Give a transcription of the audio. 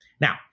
Now